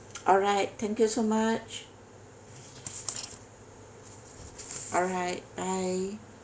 alright thank you so much alright bye